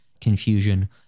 confusion